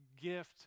gift